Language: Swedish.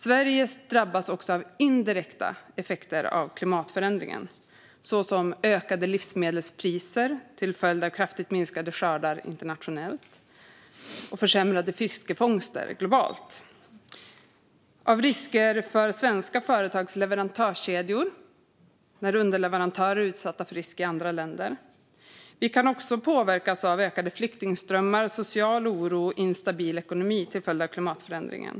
Sverige drabbas också av indirekta effekter av klimatförändringen såsom ökade livsmedelspriser till följd av kraftigt minskade skördar internationellt och försämrade fiskfångster globalt. Det handlar om risker för svenska företags leverantörskedjor när underleverantörer är utsatta för risk i andra länder. Vi kan också påverkas av ökade flyktingströmmar, social oro och instabil ekonomi till följd av klimatförändringen.